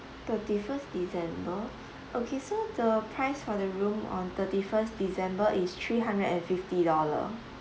thirty-first december okay so the price for the room on thirty-first december is three hundred and fifty dollar